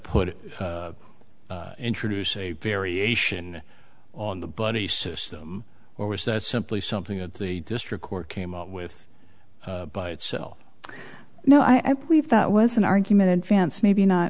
it introduce a variation on the buddy system or was that simply something that the district court came up with by itself no i believe that was an argument advanced maybe not